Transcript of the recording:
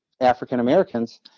African-Americans